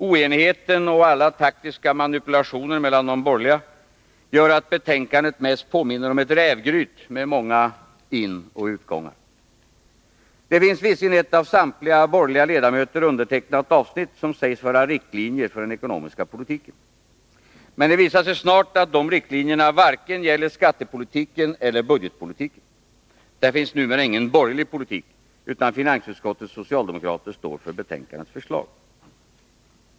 Oenigheten och alla taktiska manipulationer mellan de borgerliga gör att betänkandet mest påminner om ett rävgryt, med många inoch utgångar. Det finns visserligen ett av samtliga borgerliga ledamöter undertecknat avsnitt, som sägs vara riktlinjer för den ekonomiska politiken. Men det visar sig snart att dessa riktlinjer varken gäller skattepolitiken eller budgetpolitiken. Där finns numera ingen borgerlig politik, utan finansutskottets socialdemokrater står för betänkändets förslag.